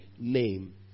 name